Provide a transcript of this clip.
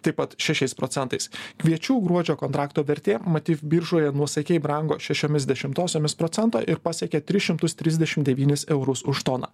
taip pat šešiais procentais kviečių gruodžio kontrakto vertė matyt biržoje nuosaikiai brango šešiomis dešimtosiomis procento ir pasiekė tris šimtus trisdešim devynis eurus už toną